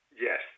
Yes